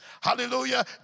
Hallelujah